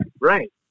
Right